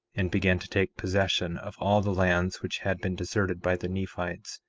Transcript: and began to take possession of all the lands which had been deserted by the nephites,